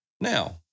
Now